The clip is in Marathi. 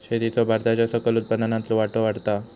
शेतीचो भारताच्या सकल उत्पन्नातलो वाटो वाढता हा